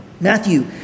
Matthew